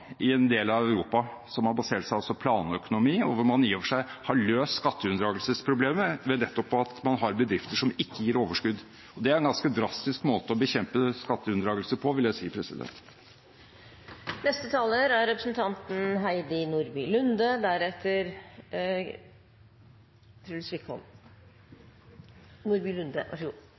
i en del av Europa som har basert seg på planøkonomi, og hvor man i og for seg har løst skatteunndragelsesproblemet ved nettopp at man har bedrifter som ikke gir overskudd. Det er en ganske drastisk måte å bekjempe skatteunndragelse på, vil jeg si. Jeg må innrømme at jeg leser salen kanskje lite grann annerledes enn representanten